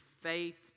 faith